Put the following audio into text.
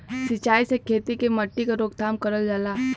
सिंचाई से खेती के मट्टी क रोकथाम करल जाला